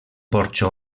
porxo